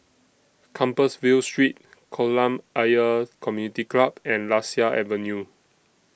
Compassvale Street Kolam Ayer Community Club and Lasia Avenue